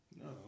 No